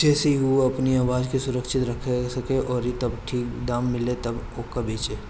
जेसे की उ अपनी आनाज के सुरक्षित रख सके अउरी जब ठीक दाम मिले तब ओके बेचे